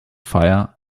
fire